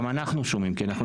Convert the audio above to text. גם אנחנו שומעים,